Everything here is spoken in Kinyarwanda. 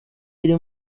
iri